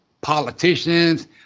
politicians